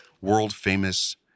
world-famous